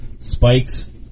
Spikes